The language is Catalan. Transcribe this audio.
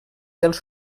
dels